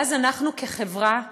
ואז אנחנו, כחברה,